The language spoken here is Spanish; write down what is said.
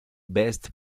best